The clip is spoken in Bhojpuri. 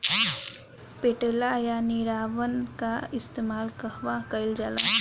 पटेला या निरावन का इस्तेमाल कहवा कइल जाला?